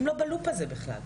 הן לא בלופ הזה בכלל.